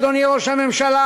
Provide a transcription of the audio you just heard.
אדוני ראש הממשלה,